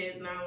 now